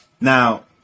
Now